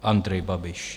Andrej Babiš.